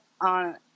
on